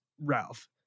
Ralph